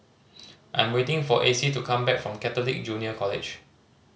I'm waiting for Acy to come back from Catholic Junior College